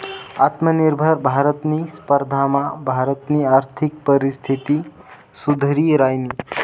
आत्मनिर्भर भारतनी स्पर्धामा भारतनी आर्थिक परिस्थिती सुधरि रायनी